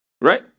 Right